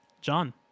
John